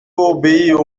obéir